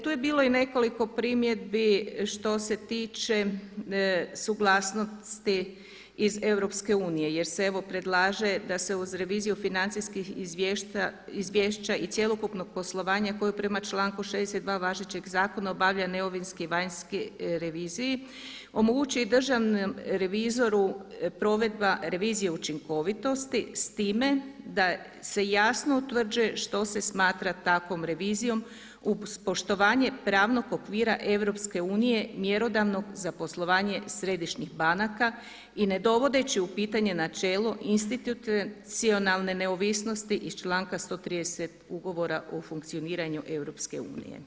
Tu je bilo i nekoliko primjedbi što se tiče suglasnosti iz EU jer se evo predlaže da se uz reviziju financijskih izvješća i cjelokupnog poslovanja koji prema članku 62. važećeg zakona obavlja neovisni i vanjski revizor, omogući i državnom revizoru provedba revizije učinkovitosti s time da se jasno utvrđuje što se smatra takvom revizijom uz poštovanje pravnog okvira EU mjerodavnog za poslovanje središnjih banaka i ne dovodeći u pitanje načelo institucionalne neovisnosti iz članka 130. ugovora o funkcioniranju EU.